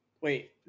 wait